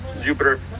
Jupiter